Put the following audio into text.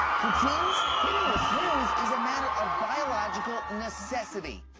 for teens, hitting the snooze is a matter of biological necessity.